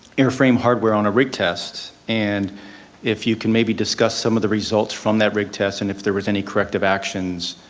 airframe hardware on a rig test, and if you can maybe discuss some of the results from that rig test and if there was any corrective actions